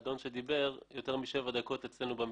יותר משבע דקות אצלנו במתקן.